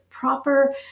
proper